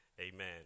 amen